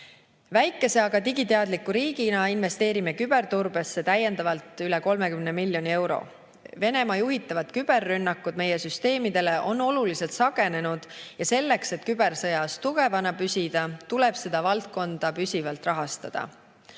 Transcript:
Väikese, aga digiteadliku riigina investeerime küberturbesse täiendavalt üle 30 miljoni euro. Venemaa juhitavad küberrünnakud meie süsteemidele on oluliselt sagenenud ja selleks, et kübersõjas tugevana püsida, tuleb seda valdkonda püsivalt rahastada.